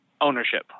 ownership